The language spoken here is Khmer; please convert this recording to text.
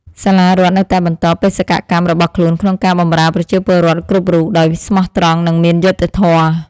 សាលារដ្ឋនៅតែបន្តបេសកកម្មរបស់ខ្លួនក្នុងការបម្រើប្រជាពលរដ្ឋគ្រប់រូបដោយស្មោះត្រង់និងមានយុត្តិធម៌។